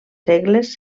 segles